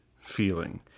feeling